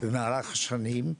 במהלך השנים.